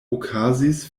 okazis